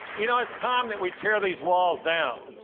you know it's time that we tear these walls down.